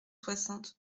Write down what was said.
soixante